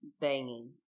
banging